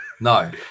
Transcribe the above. No